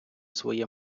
своє